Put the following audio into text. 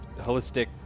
holistic